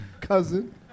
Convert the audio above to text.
cousin